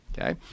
okay